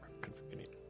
convenient